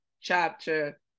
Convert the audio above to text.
chapter